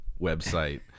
website